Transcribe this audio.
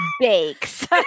bakes